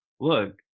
look